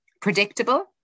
predictable